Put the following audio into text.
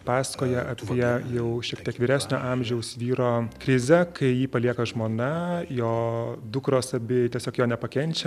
pasakoja apie jau šiek tiek vyresnio amžiaus vyro krizę kai jį palieka žmona jo dukros abi tiesiog jo nepakenčia